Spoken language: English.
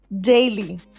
daily